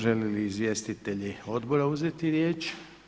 Žele li izvjestitelji odbora uzeti riječ?